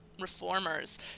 reformers